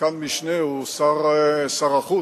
שחקן משנה הוא שר החוץ,